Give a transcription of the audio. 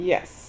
Yes